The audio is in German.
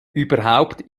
überhaupt